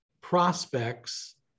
prospects